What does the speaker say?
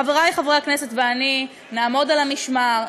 חברי חברי הכנסת ואני נעמוד על המשמר,